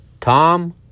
Tom